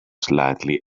slightly